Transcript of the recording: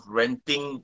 renting